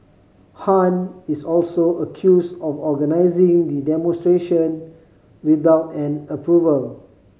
Han is also accused of organising the demonstration without an approval